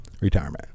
Retirement